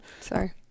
Sorry